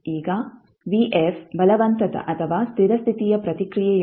ಈಗ ಬಲವಂತದ ಅಥವಾ ಸ್ಥಿರ ಸ್ಥಿತಿಯ ಪ್ರತಿಕ್ರಿಯೆಯಾಗಿದೆ